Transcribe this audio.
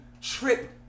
trip